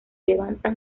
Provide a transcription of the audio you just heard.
levanta